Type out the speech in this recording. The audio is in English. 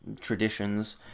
traditions